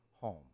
home